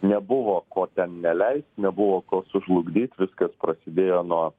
nebuvo ko ten neleist nebuvo ko sužlugdyt viskas prasidėjo nuo